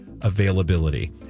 availability